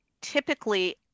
typically